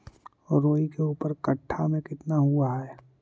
राई के ऊपर कट्ठा में कितना हुआ है?